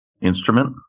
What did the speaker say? instrument